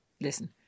listen